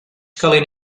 calent